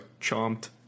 Chomped